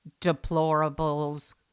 deplorables